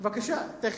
בבקשה, תיכף.